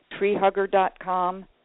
treehugger.com